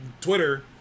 Twitter